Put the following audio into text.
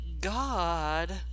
God